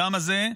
הדם הזה,